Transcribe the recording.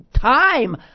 time